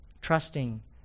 Trusting